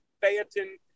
Phaeton